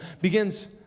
begins